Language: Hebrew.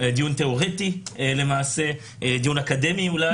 דיון תיאורטי למעשה, דיון אקדמי אולי.